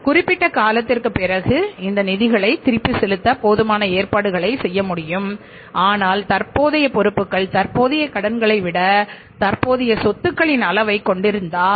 குறிப்பிட்ட காலத்திற்குப் பிறகு இந்த நிதிகளை திருப்பிச் செலுத்த போதுமான ஏற்பாடுகளைச் செய்ய முடியும் ஆனால் தற்போதைய பொறுப்புகள் தற்போதைய கடன்களை விட தற்போதைய சொத்துக்களின் அளவைக் கொண்டிருப்பதால்